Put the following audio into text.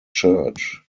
church